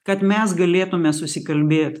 kad mes galėtume susikalbėt